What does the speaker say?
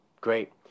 great